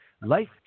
Life